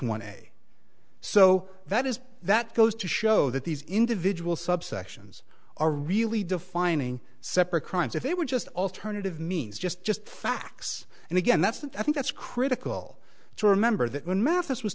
money so that is that goes to show that these individual subsections are really defining separate crimes if they were just alternative means just just facts and again that's i think that's critical to remember that when mathis was